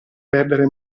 perdere